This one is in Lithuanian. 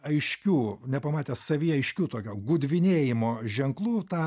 aiškių nepamatęs savyje aiškių tokio gudvinėjimo ženklų tą